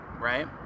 right